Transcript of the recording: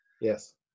yes